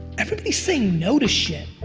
everybody saying no to shit.